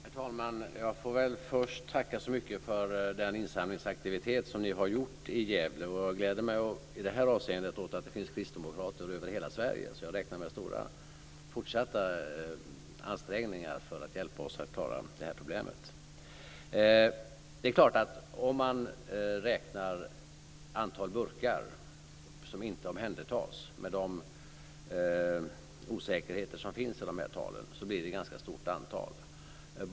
Herr talman! Jag får väl först tacka så mycket för er insamlingsaktivitet i Gävle. Jag gläder mig i det avseendet åt att det finns kristdemokrater över hela Sverige. Jag räknar med fortsatta stora ansträngningar för att hjälpa oss att klara problemet. Om man räknar de burkar som inte omhändertas - med den osäkerhet som finns i talen - blir det ett stort antal.